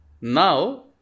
Now